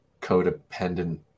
codependent